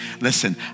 listen